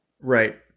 Right